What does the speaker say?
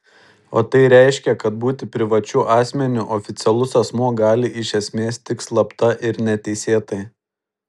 o tai reiškia kad būti privačiu asmeniu oficialus asmuo gali iš esmės tik slapta ir neteisėtai